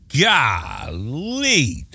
golly